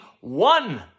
One